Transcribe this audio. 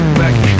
back